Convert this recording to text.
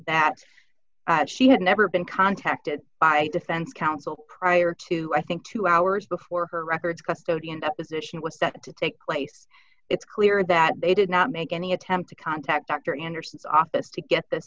that she had never been contacted by defense counsel prior to i think two hours before her records custody and position was that to take place it's clear that they did not make any attempt to contact dr anderson's office to get this